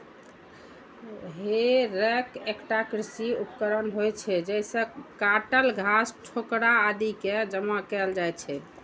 हे रैक एकटा कृषि उपकरण होइ छै, जइसे काटल घास, ठोकरा आदि कें जमा कैल जाइ छै